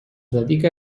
dedica